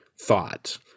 thought